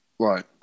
Right